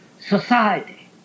society